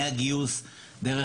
מהגיוס, דרך